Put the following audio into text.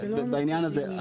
בעניין הזה.